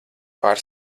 pār